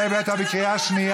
מיקי, תן לי לעשות סדר.